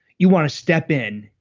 you wanna step in,